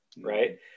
right